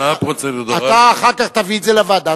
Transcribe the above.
אתה אחר כך תביא את זה לוועדה,